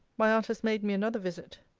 my aunt has made me another visit.